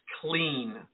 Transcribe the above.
clean